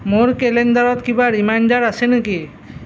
মোৰ কেলেণ্ডাৰত কিবা ৰিমাইণ্ডাৰ আছে নেকি